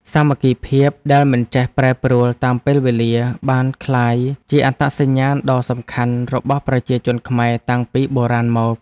សាមគ្គីភាពដែលមិនចេះប្រែប្រួលតាមពេលវេលាបានក្លាយជាអត្តសញ្ញាណដ៏សំខាន់របស់ប្រជាជនខ្មែរតាំងពីបុរាណមក។